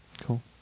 cool